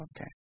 okay